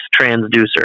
transducer